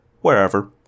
wherever